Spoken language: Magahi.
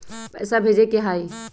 पैसा भेजे के हाइ?